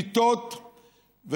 במיטות,